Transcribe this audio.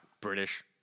British